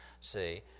see